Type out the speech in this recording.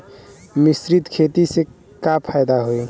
मिश्रित खेती से का फायदा होई?